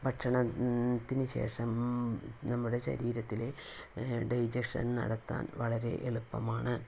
ഭക്ഷണത്തിനു ശേഷം നമ്മുടെ ശരീരത്തില് ഡൈജഷൻ നടത്താൻ വളരെ എളുപ്പമാണ്